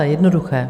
Jednoduché!